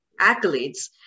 accolades